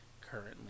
currently